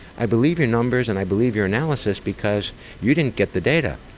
i believe your numbers and i believe your analysis because you didn't get the data,